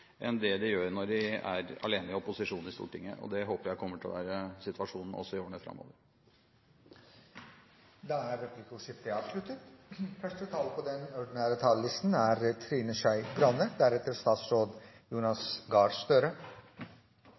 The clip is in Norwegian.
enn de gjør når de er alene i opposisjon i Stortinget. Det håper jeg kommer til å være situasjonen også i årene framover. Replikkordskiftet er omme. Verden er